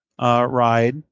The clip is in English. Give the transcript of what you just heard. ride